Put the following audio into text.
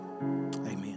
amen